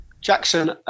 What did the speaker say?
Jackson